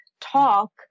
talk